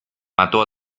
mató